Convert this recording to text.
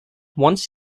once